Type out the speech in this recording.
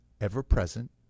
ever-present